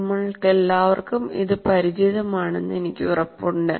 നിങ്ങൾക്കെല്ലാവർക്കും ഇത് പരിചിതമാണെന്ന് എനിക്ക് ഉറപ്പുണ്ട്